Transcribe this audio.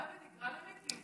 דוד, תקרא למיקי.